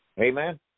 Amen